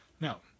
Now